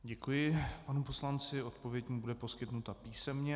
Děkuji panu poslanci, odpověď mu bude poskytnuta písemně.